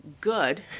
good